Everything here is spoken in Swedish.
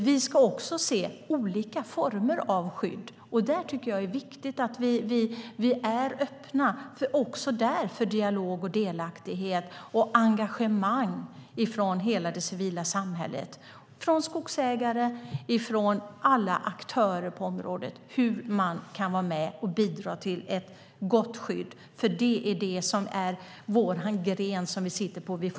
Vi ska också se olika former av skydd, och också där tycker jag att det är viktigt att vi är öppna för dialog, delaktighet och engagemang från hela det civila samhället, från skogsägare och från alla aktörer på området om hur man kan vara med och bidra till ett gott skydd, för det är det som är den gren vi sitter på.